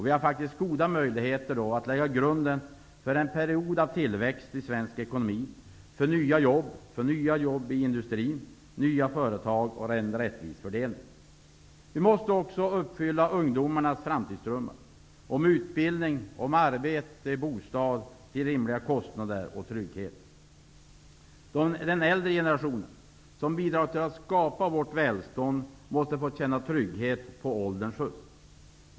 Vi har goda möjligheter att lägga grunden för en period av tillväxt i svensk ekonomi, nya företag, nya jobb i industrin och en rättvis fördelning. Vi måste uppfylla ungdomarnas framtidsdrömmar om utbildning, arbete, bostad till rimliga kostnader och trygghet. Den äldre generationen, som har bidragit till att skapa vårt välstånd, måste få känna trygghet på ålderns höst.